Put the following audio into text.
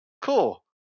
cool